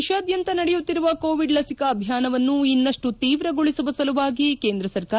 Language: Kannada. ದೇತಾದ್ಯಂತ ನಡೆಯುತ್ತಿರುವ ಕೋವಿಡ್ ಲಸಿಕಾ ಅಭಿಯಾನವನ್ನು ಅನ್ನಷ್ಟು ತೀವ್ರಗೊಳಿಸುವ ಸಲುವಾಗಿ ಕೇಂದ್ರ ಸರ್ಕಾರ